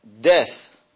death